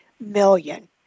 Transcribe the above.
million